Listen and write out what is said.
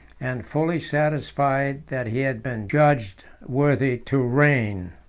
and fully satisfied that he had been judged worthy to reign.